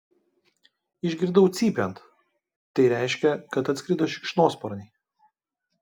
išgirdau cypiant tai reiškė kad atskrido šikšnosparniai